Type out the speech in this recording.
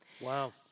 Wow